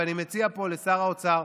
ואני מציע פה לשר האוצר,